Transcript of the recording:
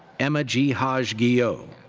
emma g. hage guyot.